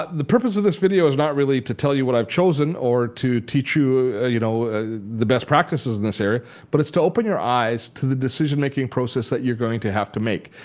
the purpose of this video is not really to tell you what i've chosen or to teach you ah you know the best practices in this area but it's to open your eyes to the decision-making process that you're going to have to make.